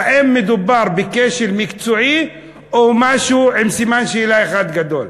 האם מדובר בכשל מקצועי או משהו עם סימן-שאלה אחד גדול?